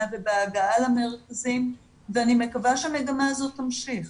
ובהגעה למרכזים ואני מקווה שהמגמה הזאת תמשיך.